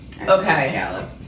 Okay